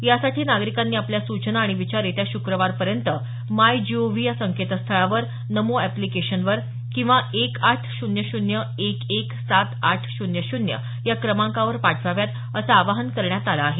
यासाठी नागरिकांनी आपल्या सूचना आणि विचार येत्या श्रक्रवारपर्यंत माय जीओव्ही या संकेतस्थळावर नमो अप्लिकेशनवर किंवा एक आठ शून्य शून्य एक एक सात आठ शून्य शून्य या क्रमांकावर पाठवाव्या असं आवाहन करण्यात आलं आहे